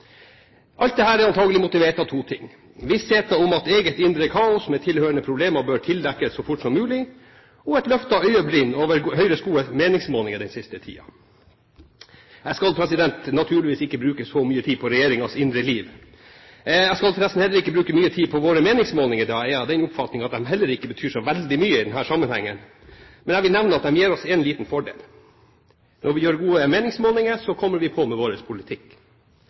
Alt dette er antakelig motivert av to ting: vissheten om at et eget indre kaos med tilhørende problemer bør tildekkes så fort som mulig, og et løftet øyebryn over Høyres gode meningsmålinger den siste tiden. Jeg skal naturligvis ikke bruke så mye tid på regjeringens indre liv. Jeg skal forresten heller ikke bruke mye tid på våre meningsmålinger, da jeg er av den oppfatning av at de heller ikke betyr så veldig mye i denne sammenhengen. Men jeg vil nevne at de gir oss én liten fordel. Når vi gjør gode meningsmålinger, kommer vi på med vår politikk.